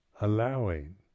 allowing